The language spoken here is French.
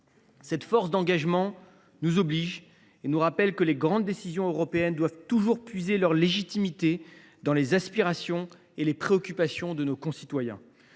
Cette force d’engagement nous oblige et nous rappelle que les grandes décisions européennes doivent toujours puiser leur légitimité dans les aspirations et les préoccupations de nos concitoyens.